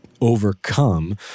overcome